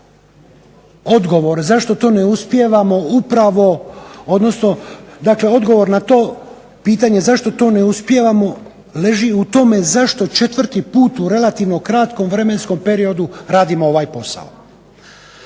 pitanje zašto to ne uspijevamo leži u tome zašto četvrti put u relativno kratkom vremenskom periodu radimo ovaj posao.